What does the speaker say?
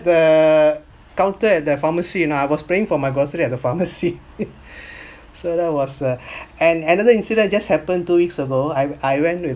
the counter at the pharmacy and I was praying for my grocery at the pharmacy so that was uh and another incident just happened two weeks ago I I went with